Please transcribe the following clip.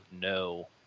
no